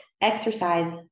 exercise